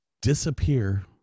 disappear